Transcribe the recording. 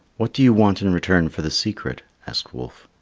what do you want in return for the secret? asked wolf.